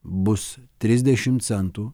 bus trisdešim centų